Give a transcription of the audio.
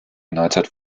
neuzeit